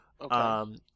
Okay